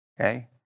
Okay